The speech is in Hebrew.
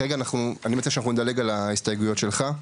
כרגע אני מציע שאנחנו נדלג על ההסתייגויות שלך,